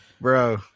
bro